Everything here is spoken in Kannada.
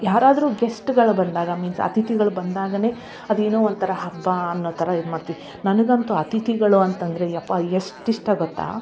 ಯಾರಾದರೂ ಗೆಸ್ಟ್ಗಳು ಬಂದಾಗ ಮೀನ್ಸ್ ಅತಿಥಿಗಳು ಬಂದಾಗಲೇ ಅದೇನೋ ಒಂಥರಾ ಹಬ್ಬ ಅನ್ನೋ ಥರ ಇದ್ಮಾಡ್ತೀವಿ ನನ್ಗಂತೂ ಅತಿಥಿಗಳು ಅಂತ ಅಂದ್ರೆ ಯಪ್ಪ ಎಷ್ಟು ಇಷ್ಟ ಗೊತ್ತಾ